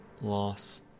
loss